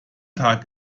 tag